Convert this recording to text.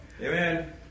amen